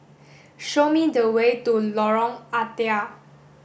show me the way to Lorong Ah Thia